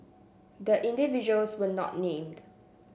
the individuals were not named